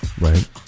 Right